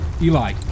Eli